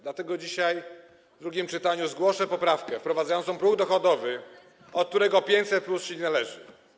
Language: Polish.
dlatego dzisiaj w drugim czytaniu zgłoszę poprawkę wprowadzającą próg dochodowy, od którego 500+ się nie należy.